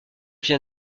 vient